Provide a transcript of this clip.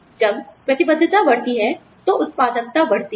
जब प्रतिबद्धता बढ़ती है तो उत्पादकता बढ़ती है